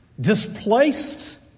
displaced